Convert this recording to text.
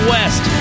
West